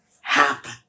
happen